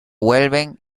vuelven